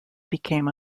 became